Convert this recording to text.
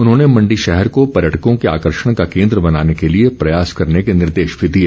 उन्होंने मण्डी शहर को पर्यटकों के आकर्षण का केन्द्र बनाने के लिए प्रयास करने के निर्देश भी दिए